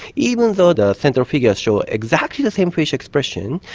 even though the central figure shows exactly the same facial expression,